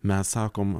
mes sakom